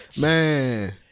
Man